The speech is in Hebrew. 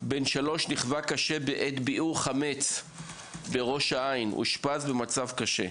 בן 3 נכווה קשה בעת ביעור חמץ בראש העין ואושפז במצב קשה,